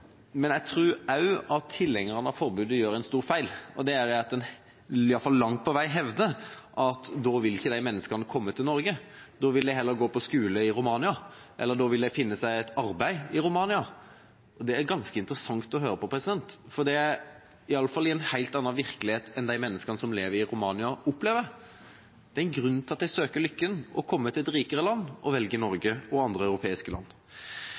Men jeg tror også at tilhengerne av forbudet gjør en stor feil. Det er at en i hvert fall langt på vei hevder at da vil ikke de menneskene komme til Norge, da vil de heller gå på skole i Romania, eller da vil de finne seg et arbeid i Romania. Det er ganske interessant å høre på, for det er i alle fall en helt annen virkelighet enn den de menneskene som lever i Romania, opplever. Det er en grunn til at de søker lykken ved å komme til et rikere land og velger Norge og andre europeiske land.